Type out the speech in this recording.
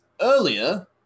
earlier